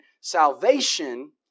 Salvation